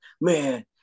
Man